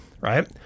right